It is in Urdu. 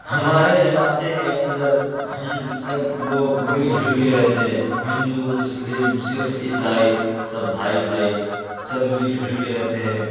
ہمارے علاقے کے اندر ہم سب لوگ مل جل کے رہتے ہیں ہندو مسلم سکھ عیسائی سب بھائی بھائی سب مل جل کے رہتے ہیں